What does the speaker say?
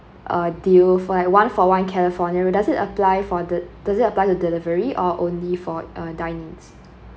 uh deal for like one for one california or does it apply for the does it apply to delivery or only for a dine in